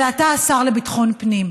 אבל אתה השר לביטחון הפנים,